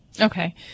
Okay